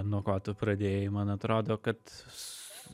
nuo ko tu pradėjai man atrodo kad s